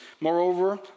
Moreover